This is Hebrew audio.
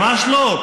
ממש לא.